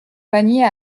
panier